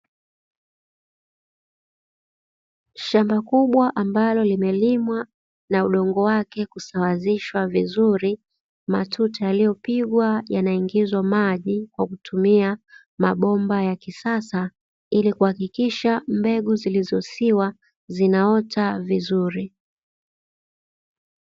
Shamba kubwa ambalo limelimwa na udongo wake kusawazishwa vizuri, matuta yaliyopigwa yanaingizwa maji kwa kutumia mabomba ya kisasa ili kuhakikisha mbegu zilizosiwa zinaota vizuri.